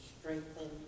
strengthen